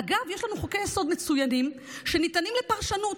אגב, יש לנו חוקי יסוד מצוינים, שניתנים לפרשנות.